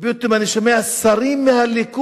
ופתאום אני שומע שרים מהליכוד,